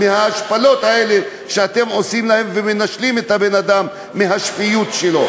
מההשפלות האלה שאתם עושים להם ומנשלים את הבן-אדם מהשפיות שלו.